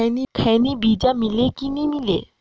खैनी बिजा मिले कि नी मिले?